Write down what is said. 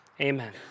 amen